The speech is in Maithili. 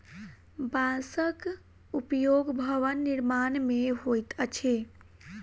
बांसक उपयोग भवन निर्माण मे होइत अछि